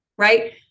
right